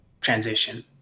transition